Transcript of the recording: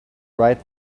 right